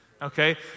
Okay